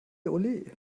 olé